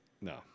no